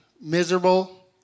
miserable